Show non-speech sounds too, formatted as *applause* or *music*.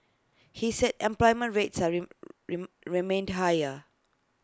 he said employment rate *unintelligible* remained tire